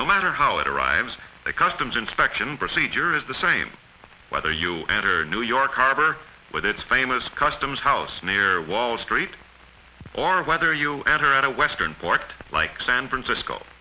no matter how it arrives the customs inspection procedure is the same whether you enter new york harbor with its famous customs house near wall street or whether you enter at a western port like san francisco